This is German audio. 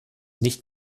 nicht